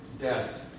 death